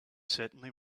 certainly